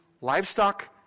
livestock